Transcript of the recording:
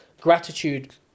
gratitude